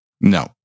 No